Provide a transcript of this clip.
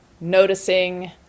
noticing